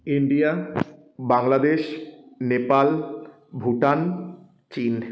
India Bangladesh Nepal Bhutan চীন